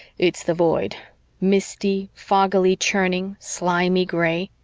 it's the void misty, foggily churning, slimy gray.